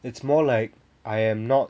it's more like I am not